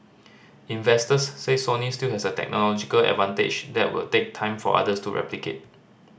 investors say Sony still has a technological advantage that will take time for others to replicate